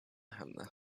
henne